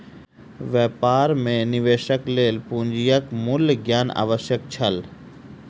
व्यापार मे निवेशक लेल पूंजीक मूल्य ज्ञान आवश्यक छल